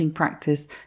practice